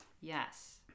Yes